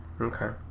Okay